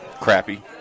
crappy